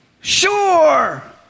Sure